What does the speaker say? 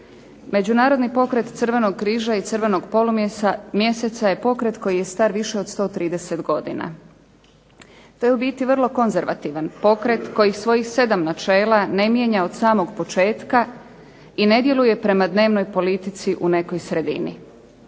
Međunarodni pokret Crvenog križa i Crvenog polumjeseca je pokret koji je star više od 130 godina. To je u biti vrlo konzervativan pokret koji svojih 7 načela ne mijenja od samog početka i ne djeluje prema dnevnoj politici u nekoj sredini.